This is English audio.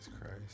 Christ